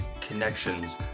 connections